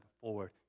forward